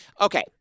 okay